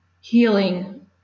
healing